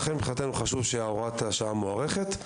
לכן מבחינתנו חשוב שהוראת השעה מוארכת.